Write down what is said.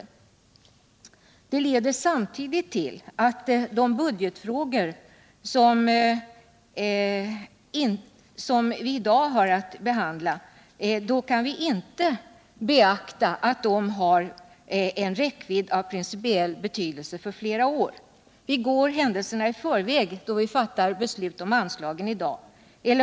Detta leder samtidigt till att vi inte kan beakta att de budgetfrågor som vi i dag har att behandla har en räckvidd av principiell betydelse för flera år. Vi går händelserna i förväg då vi fattar beslut om anslagen i dag.